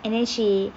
and then she